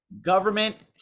Government